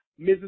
Mrs